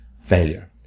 failure